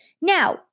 Now